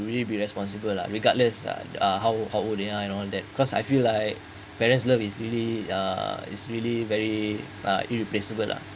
really be responsible lah regardless lah uh how how old they are and all that cause I feel like parents love is really uh is really very uh irreplaceable lah